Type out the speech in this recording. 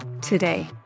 today